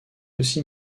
aussi